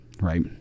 right